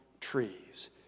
trees